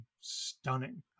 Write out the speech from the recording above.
stunning